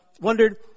wondered